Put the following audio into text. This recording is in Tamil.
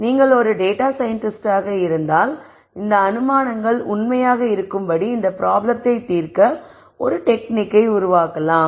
நீங்கள் ஒரு டேட்டா சயின்டிஸ்ட் ஆக இருந்தால் இந்த அனுமானங்கள் உண்மையாக இருக்கும்படி இந்த ப்ராப்ளத்தை தீர்க்க ஒரு டெக்னிக்கை உருவாக்கலாம்